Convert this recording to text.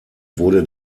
wurde